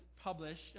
published